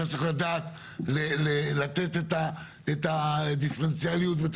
אתה צריך לדעת לתת את הדיפרנציאליות ואת